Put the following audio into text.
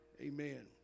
Amen